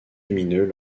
lumineux